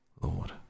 Lord